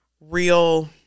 real